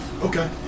Okay